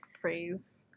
phrase